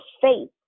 faith